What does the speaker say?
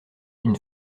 une